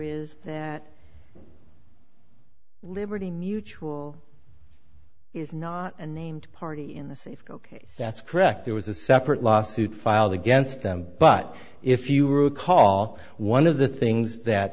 is that liberty mutual is not a named party in the safeco case that's correct there was a separate lawsuit filed against them but if you recall one of the things that